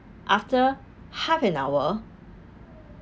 after half an hour